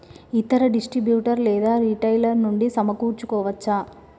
ఇతర డిస్ట్రిబ్యూటర్ లేదా రిటైలర్ నుండి సమకూర్చుకోవచ్చా?